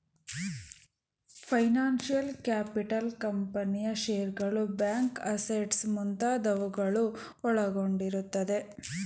finance capital ಕಂಪನಿಯ ಶೇರ್ಸ್ಗಳು, bank assets ಮುಂತಾದವುಗಳು ಒಳಗೊಂಡಿರುತ್ತದೆ